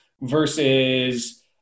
versus